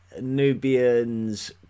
Nubians